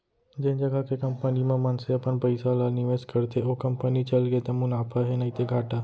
जेन जघा के कंपनी म मनसे अपन पइसा ल निवेस करथे ओ कंपनी चलगे त मुनाफा हे नइते घाटा